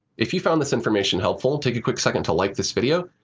if you found this information helpful, take a quick second to like this video.